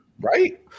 Right